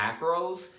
macros